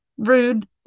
rude